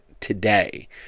today